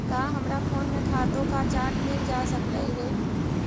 का हमरा फोन में खातों का चार्ट मिल जा सकलई हे